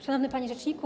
Szanowny Panie Rzeczniku!